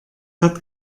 hat